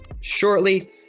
shortly